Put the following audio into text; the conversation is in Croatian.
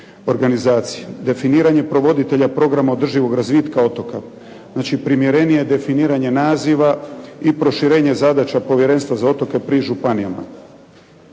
organizacije. Definiranje provoditelja programa održivog razvitka otoka. Znači primjerenije definiranje naziva i proširenje zadaća Povjerenstva za otoke pri županijama.